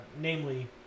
namely